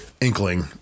inkling